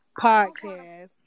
Podcast